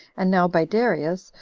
and now by darius,